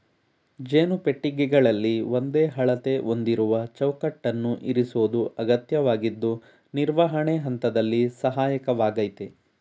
ಜೇನು ಪೆಟ್ಟಿಗೆಗಳಲ್ಲಿ ಒಂದೇ ಅಳತೆ ಹೊಂದಿರುವ ಚೌಕಟ್ಟನ್ನು ಇರಿಸೋದು ಅಗತ್ಯವಾಗಿದ್ದು ನಿರ್ವಹಣೆ ಹಂತದಲ್ಲಿ ಸಹಾಯಕವಾಗಯ್ತೆ